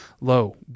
low